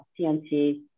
TNT